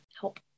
help